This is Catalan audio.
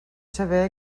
saber